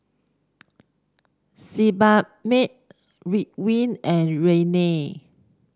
Sebamed Ridwind and Rene